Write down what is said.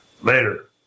later